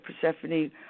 Persephone